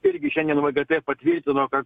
irgi šiandien v g t patvirtino kad